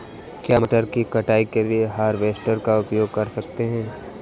क्या मटर की कटाई के लिए हार्वेस्टर का उपयोग कर सकते हैं?